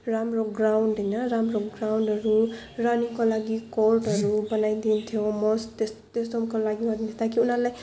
राम्रो ग्राउन्ड होइन राम्रो ग्राउन्डहरू रनिङको लागि कोर्टहरू बनाइदिन्थ्यो मस ते त्यस्तोको लागि ताकि उनीहरूलाई